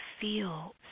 feel